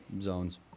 zones